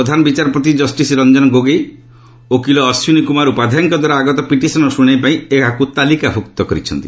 ପ୍ରଧାନ ବିଚାରପତି କଷ୍ଟିସ୍ ରଞ୍ଜନ ଗୋଗୋଇ ଓକିଲ ଅଶ୍ୱିନୀ କୁମାର ଉପାଧ୍ୟାୟଙ୍କ ଦ୍ୱାରା ଆଗତ ପିଟିସନ୍ର ଶୁଣାଣି ପାଇଁ ଏହାକୁ ତାଲିକାଭୁକ୍ତ କରିଛନ୍ତି